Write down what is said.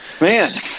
man